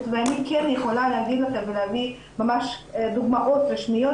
ואני כן יכולה להגיד לכם ולהביא ממש דוגמאות רשמיות